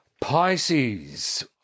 Pisces